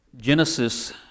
Genesis